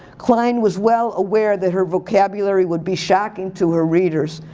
klein was well aware that her vocabulary would be shocking to her readers.